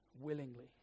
Willingly